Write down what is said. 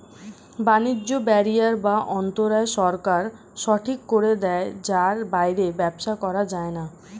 বাণিজ্য ব্যারিয়ার বা অন্তরায় সরকার ঠিক করে দেয় যার বাইরে ব্যবসা করা যায়না